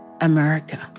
America